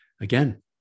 again